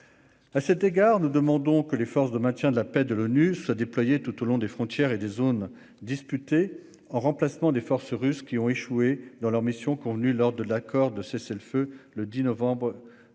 À cet effet, nous demandons que les forces de maintien de la paix de l'ONU soient déployées tout le long de la frontière et dans les zones disputées, en remplacement des forces russes, qui ont échoué dans leur mission, convenue lors de l'accord de cessez-le-feu du 10 novembre 2020.